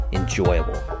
enjoyable